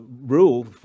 rule